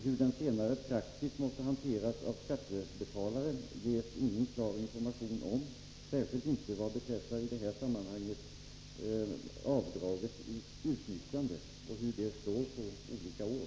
Hur den praktiskt måste hanteras av skattebetalaren ges det ingen klar information om, särskilt inte vad beträffar avdragets utnyttjande och hur det slår på olika år.